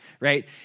right